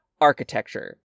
architecture